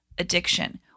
addiction